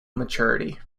maturity